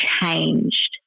changed